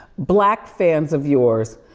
black fans of yours